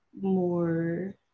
more